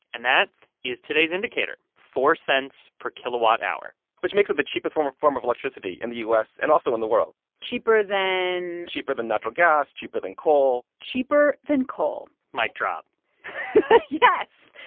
and that is today's indicator four cents per kilowatt hour which makes it the cheapest form form of electricity in the u s. and also in the world cheaper than. cheaper than natural gas, cheaper than coal cheaper than coal mic drop yes,